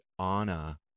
Anna